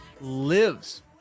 lives